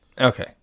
Okay